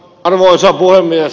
arvoisa puhemies